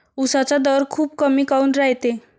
उसाचा दर खूप कमी काऊन रायते?